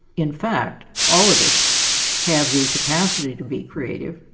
in fact, all of us have the capacity to be creative.